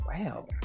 Wow